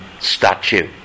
statue